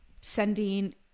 sending